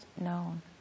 known